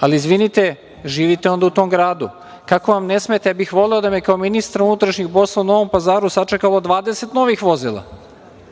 ali izvinite, živite u tom gradu. Ja bih voleo da me kao ministra unutrašnjih poslova u Novom Pazaru sačekalo 20 novih vozila